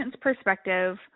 perspective